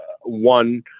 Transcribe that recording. one